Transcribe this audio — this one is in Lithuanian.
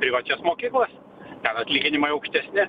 privačias mokyklas ten atlyginimai aukštesni